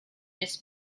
this